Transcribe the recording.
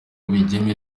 bigeme